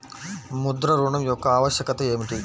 ముద్ర ఋణం యొక్క ఆవశ్యకత ఏమిటీ?